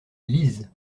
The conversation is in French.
lisent